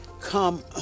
come